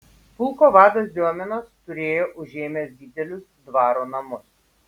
pulko vadas diominas turėjo užėmęs didelius dvaro namus